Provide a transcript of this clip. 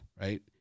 right